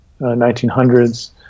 1900s